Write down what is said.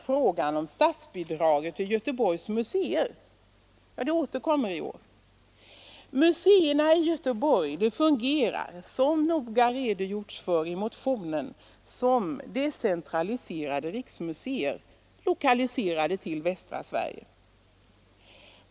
Frågan om statsbidraget till Göteborgs museer återkommer i år. Museerna i Göteborg fungerar, såsom det noga redogjorts för i motionen, som decentraliserade riksmuseer, lokaliserade till västra Sverige.